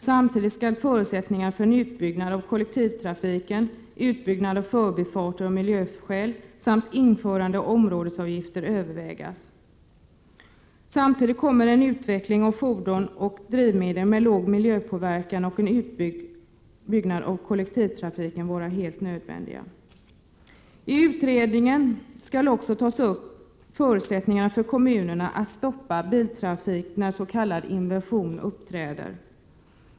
Samtidigt skall förutsättningarna för utbyggnad av kollektivtrafiken, utbyggnad av förbifarter av miljöskäl samt införande av områdesavgifter övervägas. Vidare kommer en utveckling av fordon och drivmedel med låg miljöpåverkan samt en utbyggnad av kollektivtrafiken att vara nödvändiga. I utredningen skall också diskuteras förutsättningarna för kommunerna att stoppa biltrafiken när s.k. inversion uppträder.